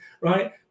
right